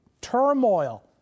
turmoil